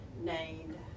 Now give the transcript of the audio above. named